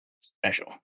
special